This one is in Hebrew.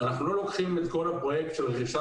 אנחנו לא לוקחים את כל הפרויקט של רכישת